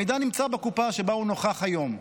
המידע נמצא בקופה שבה הוא נוכח היום,